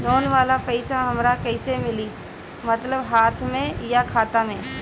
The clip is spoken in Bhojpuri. लोन वाला पैसा हमरा कइसे मिली मतलब हाथ में या खाता में?